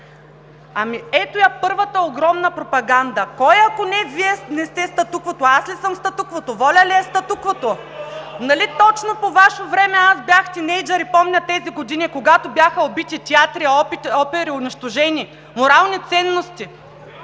Ето я първата огромна пропаганда: кой, ако не Вие, не сте статуквото?! Аз ли съм статуквото, „Воля“ ли е статуквото?! Нали точно по Ваше време аз бях тийнейджър и помня тези години, когато бяха убити театри, унищожени опери, морални ценности.